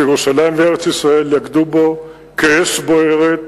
שירושלים וארץ-ישראל יקדו בו כאש בוערת.